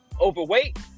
overweight